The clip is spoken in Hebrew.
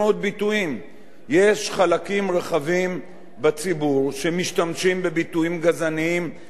יש חלקים רחבים בציבור שמשתמשים בביטויים גזעניים נגד קבוצות אחרות,